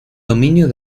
dominio